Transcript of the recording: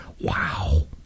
wow